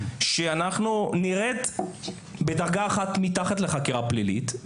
שאנחנו נרד בדרגה אחת מתחת לחקירה פלילית.